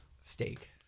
Steak